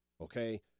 Okay